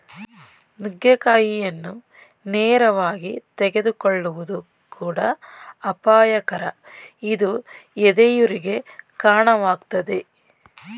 ನುಗ್ಗೆಕಾಯಿಯನ್ನು ನೇರವಾಗಿ ತೆಗೆದುಕೊಳ್ಳುವುದು ಕೂಡ ಅಪಾಯಕರ ಇದು ಎದೆಯುರಿಗೆ ಕಾಣವಾಗ್ತದೆ